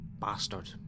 bastard